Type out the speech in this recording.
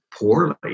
poorly